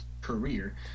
career